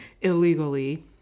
illegally